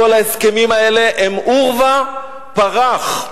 כל ההסכמים האלה הם עורבא פרח.